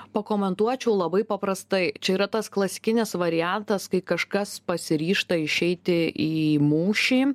pakomentuočiau labai paprastai čia yra tas klasikinis variantas kai kažkas pasiryžta išeiti į mūšį